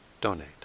donate